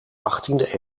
achttiende